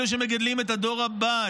אלו שמגדלים את הדור הבא,